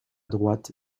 droite